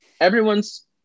everyone's